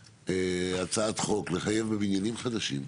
הצעת חוק לחייב בבניינים חדשים.